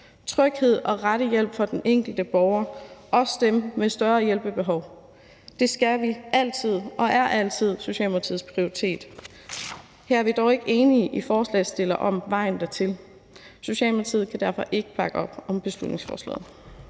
Tryghed og den rette hjælp for den enkelte borger, også dem med større hjælpebehov, skal altid være og er altid Socialdemokratiets prioritet. Her er vi dog ikke enige med forslagsstillerne om vejen dertil. Socialdemokratiet kan derfor ikke bakke op om beslutningsforslaget.